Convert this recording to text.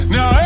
Now